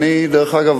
דרך אגב,